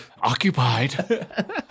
Occupied